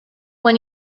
when